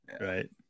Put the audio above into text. Right